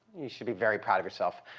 you should be very proud of yourself.